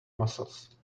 muscles